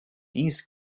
dies